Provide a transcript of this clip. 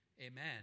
Amen